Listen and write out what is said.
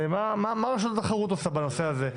מה רשות התחרות עושה בנושא הזה?